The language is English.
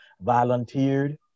volunteered